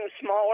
smaller